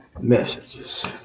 messages